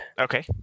Okay